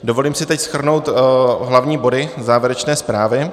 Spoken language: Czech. Dovolím si teď shrnout hlavní body závěrečné zprávy.